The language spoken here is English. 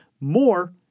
More